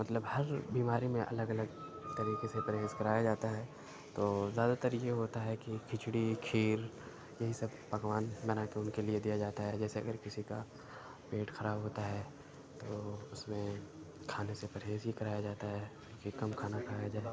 مطلب ہر بیماری میں الگ الگ طریقے سے پرہیز کرایا جاتا ہے تو زیادہ تر یہ ہوتا ہے کہ کھچڑی کھیر یہی سب پکوان بنا کے ان کے لیے دیا جاتا ہے جیسے اگر کسی کا پیٹ خراب ہوتا ہے تو اس میں کھانے سے پرہیز ہی کرایا جاتا ہے کہ کم کھانا کھایا جائے